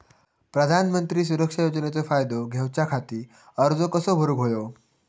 प्रधानमंत्री सुरक्षा योजनेचो फायदो घेऊच्या खाती अर्ज कसो भरुक होयो?